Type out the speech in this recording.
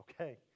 Okay